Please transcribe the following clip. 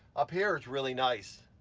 up here it's really nice,